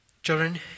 Children